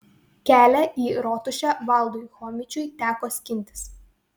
kelią į rotušę valdui chomičiui teko skintis